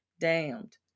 damned